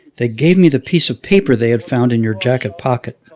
they gave me the piece of paper they had found in your jacket pocket.